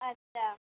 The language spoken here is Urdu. اچھا